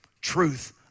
truth